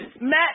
Matt